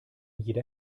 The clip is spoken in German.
jeder